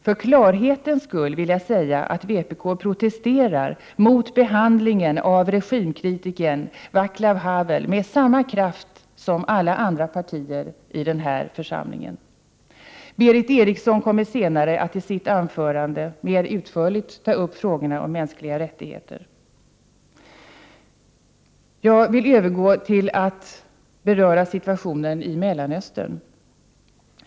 För klarhetens skull vill jag säga att vpk protesterar mot behandlingen av regimkritikern Våclav Havel med samma kraft som alla andra partier i den här församlingen. Berith Eriksson kommer senare att i sitt anförande mer utförligt ta upp frågan om mänskliga rättigheter. Jag vill övergå till att beröra situationen i Mellanöstern.